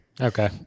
Okay